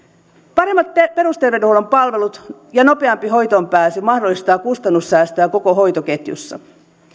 paremmat perusterveydenhuollon palvelut ja nopeampi hoitoonpääsy mahdollistavat kustannussäästöä koko hoitoketjussa